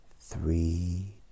three